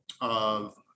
of-